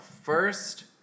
first